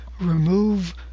remove